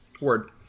Word